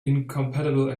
incompatible